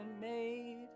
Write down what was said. made